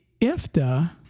IFTA